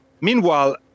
Meanwhile